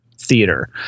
theater